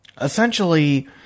essentially